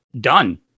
done